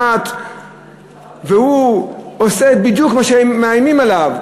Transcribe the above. והוא נשלט והוא עושה בדיוק מה שמאיימים עליו.